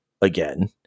again